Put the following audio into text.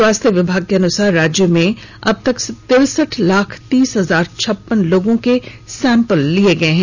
स्वास्थ्य विभाग के अनुसार राज्य में अब तक तिरसठ लाख तीस हजार छप्पन लोगों के सैंपल लिये गये हैं